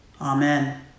amen